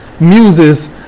muses